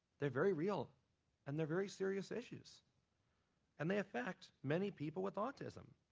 they're very real and they're very serious issues and they affect many people with autism.